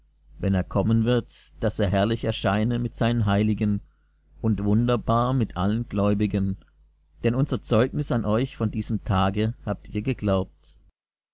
wenn er kommen wird daß er herrlich erscheine mit seinen heiligen und wunderbar mit allen gläubigen denn unser zeugnis an euch von diesem tage habt ihr geglaubt